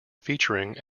featuring